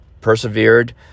persevered